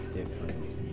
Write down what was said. difference